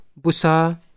Busa